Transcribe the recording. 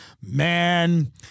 man